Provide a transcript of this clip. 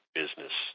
business